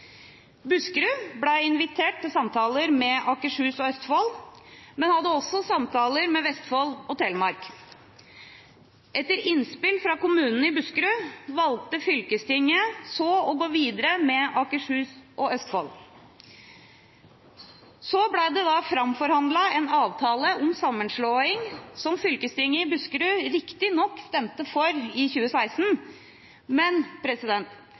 Buskerud ble invitert til samtaler med Akershus og Østfold, men hadde også samtaler med Vestfold og Telemark. Etter innspill fra kommunene i Buskerud valgte fylkestinget å gå videre med Akershus og Østfold. Så ble det framforhandlet en avtale om sammenslåing, som fylkestinget i Buskerud riktignok stemte for i 2016, men